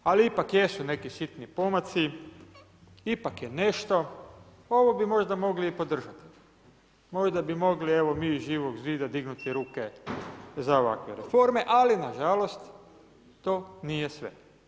Mršavo je, ali ipak jesu neki sitni pomaci, ipak je nešto, ovo bi možda mogli i podržat, možda bi mogli mi iz Živog zida dignuti ruke za ovakve reforme, ali nažalost to nije sve.